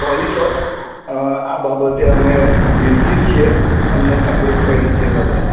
sorry sir આ બાબતે અમે દિલગીર છીએ તમને તકલીફ પડી છે એ બદલ